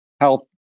help